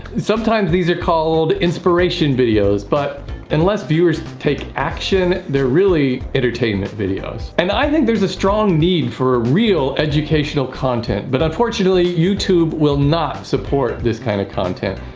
sometimes these are called inspiration videos, but unless viewers take action they're really entertainment videos and i think there's a strong need for a real educational content. but unfortunately, youtube will not support this kind of content.